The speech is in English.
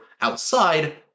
outside